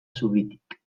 zubitik